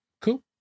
Cool